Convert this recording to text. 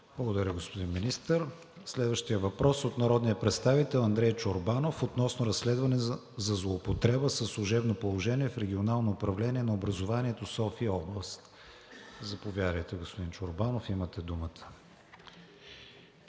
Благодаря, господин Министър. Следващият въпрос е от народния представител Андрей Чорбанов относно разследване за злоупотреба със служебно положение в Регионално управление на образованието – София-област. Заповядайте, господин Чорбанов, имате думата.